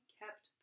kept